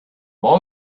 boy